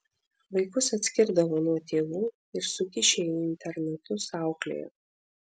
vaikus atskirdavo nuo tėvų ir sukišę į internatus auklėjo